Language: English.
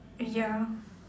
ya